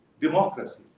democracy